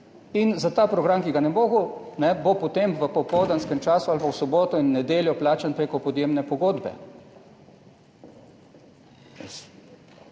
In za ta program, ki ga ne bo mogel, ne bo potem v popoldanskem času ali pa v soboto in nedeljo plačan preko podjemne pogodbe.